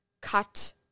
cut